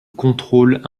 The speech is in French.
contrôle